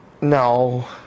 No